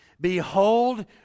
Behold